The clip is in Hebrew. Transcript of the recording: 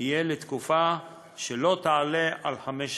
יהיה לתקופה שלא תעלה על חמש שנים.